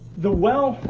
the well,